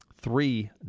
three